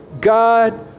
God